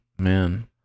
Man